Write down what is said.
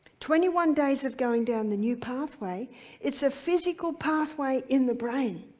twenty one days of going down the new pathway it's a physical pathway in the brain.